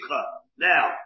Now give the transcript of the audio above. Now